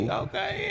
okay